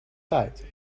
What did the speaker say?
tijd